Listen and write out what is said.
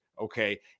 okay